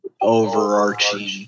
overarching